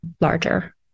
larger